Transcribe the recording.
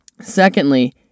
secondly